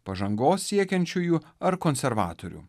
pažangos siekiančiųjų ar konservatorių